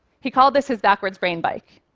he called this his backwards brain bike,